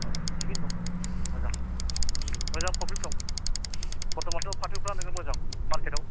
अ थिगैनो दं मोजां मोजां फ्रपिट दं बरथमानथ' फाथोफ्रा नोङो मोजां मार्केटयाव